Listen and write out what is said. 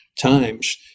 times